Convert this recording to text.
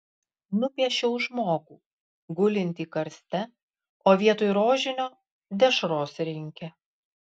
nupiešiau žmogų gulintį karste o vietoj rožinio dešros rinkė